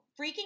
freaking